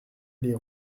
les